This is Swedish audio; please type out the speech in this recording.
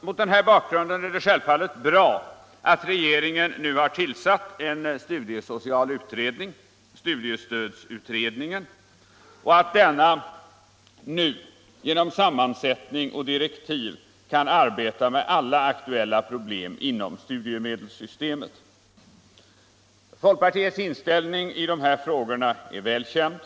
Mot denna bakgrund är det självfallet bra att regeringen nu har tillsatt en studiesocial utredning, studiestödsutredningen, och att denna nu genom sammansättning och direktiv kan arbeta med alla aktuella problem inom studiemedelssystemet. Folkpartiets inställning i dessa frågor är välkänd.